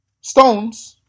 stones